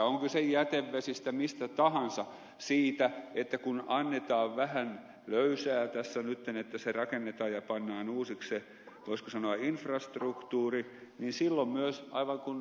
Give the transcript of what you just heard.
on kyse jätevesistä mistä tahansa kun annetaan vähän löysää tässä nyt että se rakennetaan ja pannaan uusiksi se voisiko sanoa infrastruktuuri silloin myös aivan kuin ed